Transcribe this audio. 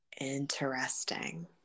Interesting